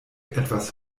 etwas